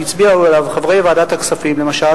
שהצביעו עליו חברי ועדת הכספים למשל,